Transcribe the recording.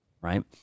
right